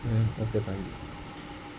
okay thank you